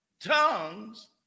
tongues